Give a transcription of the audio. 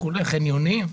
חניונים.